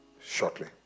shortly